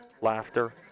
laughter